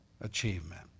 achievement